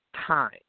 time